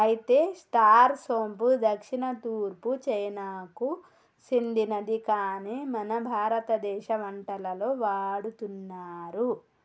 అయితే స్టార్ సోంపు దక్షిణ తూర్పు చైనాకు సెందినది కాని మన భారతదేశ వంటలలో వాడుతున్నారు